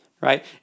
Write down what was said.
right